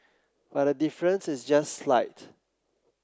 but the difference is just slight